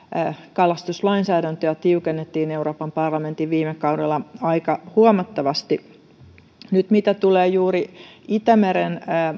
kalastuslainsäädäntöä tiukennettiin euroopan parlamentin viime kaudella aika huomattavasti mitä nyt tulee juuri itämeren kalastukseen